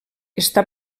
està